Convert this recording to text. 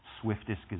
swiftest